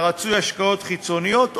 ורצוי השקעות חיצוניות,